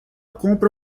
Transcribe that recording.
compra